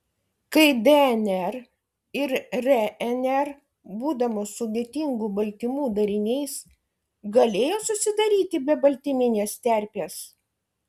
kaip dnr ir rnr būdamos sudėtingų baltymų dariniais galėjo susidaryti be baltyminės terpės